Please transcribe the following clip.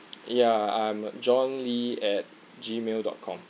ya I'm john lee at gmail dot com